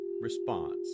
response